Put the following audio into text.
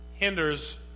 hinders